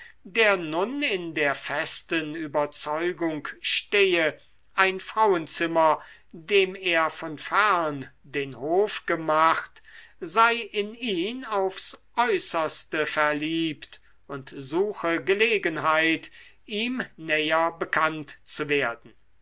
der nun in der festen überzeugung stehe ein frauenzimmer dem er von fern den hof gemacht sei in ihn aufs äußerste verliebt und suche gelegenheit ihm näher bekannt zu werden